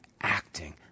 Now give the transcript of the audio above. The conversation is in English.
acting